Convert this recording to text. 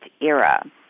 era